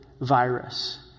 virus